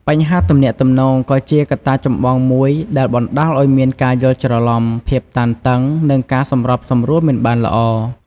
បញ្ហាទំនាក់ទំនង ក៏ជាកត្តាចម្បងមួយដែលបណ្ដាលឱ្យមានការយល់ច្រឡំ ភាពតានតឹង និងការសម្របសម្រួលមិនបានល្អ។